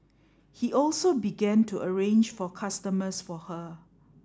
he also began to arrange for customers for her